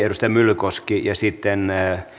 edustaja myllykoski ja sitten